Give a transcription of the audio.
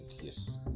yes